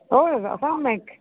oh home make